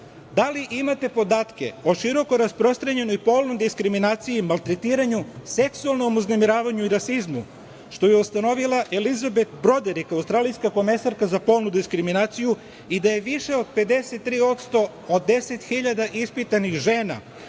da li imate podatke o široko rasprostranjenoj polnoj diskriminaciji, maltretiranju, seksualnom uznemiravanju i rasizmu, što je ustanovila Elizabet Broderik, australijska komesarka za polnu diskriminaciju i da je više od 53% od 10.000 ispitanih žena